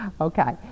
Okay